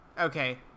Okay